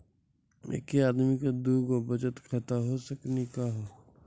एके आदमी के दू गो बचत खाता हो सकनी का हो?